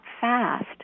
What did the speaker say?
fast